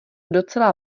docela